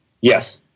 Yes